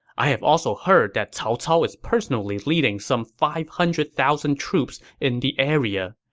i've also heard that cao cao is personally leading some five hundred thousand troops in the area.